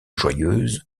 joyeuse